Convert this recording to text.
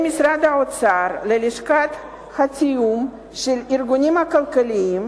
משרד האוצר ללשכת התיאום של הארגונים הכלכליים,